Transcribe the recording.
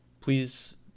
please